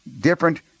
different